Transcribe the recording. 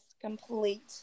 complete